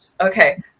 Okay